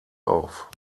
auf